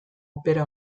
opera